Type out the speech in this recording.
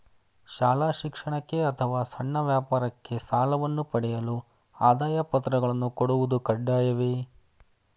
ಶಾಲಾ ಶಿಕ್ಷಣಕ್ಕೆ ಅಥವಾ ಸಣ್ಣ ವ್ಯಾಪಾರಕ್ಕೆ ಸಾಲವನ್ನು ಪಡೆಯಲು ಆದಾಯ ಪತ್ರಗಳನ್ನು ಕೊಡುವುದು ಕಡ್ಡಾಯವೇ?